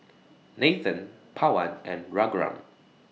Nathan Pawan and Raghuram